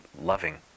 loving